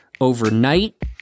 overnight